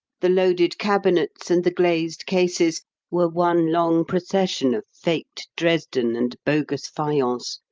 the loaded cabinets and the glazed cases were one long procession of faked dresden and bogus faience,